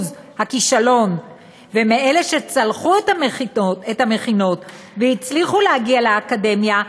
ומאלה שצלחו את המכינות והצליחו להגיע לאקדמיה,